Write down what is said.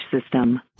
system